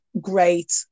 great